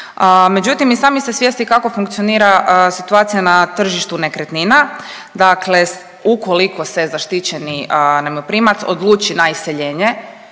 Međutim i sami ste svjesni kako funkcionira situacija na tržištu nekretnina, dakle ukoliko se zaštićeni najmoprimac odluči na iseljenje